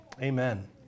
Amen